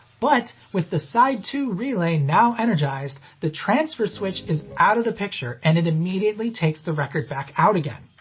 but with the side two relay now energized, the transfer switch is out of the picture and it immediately takes the record back out again.